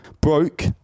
broke